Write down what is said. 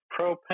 Propane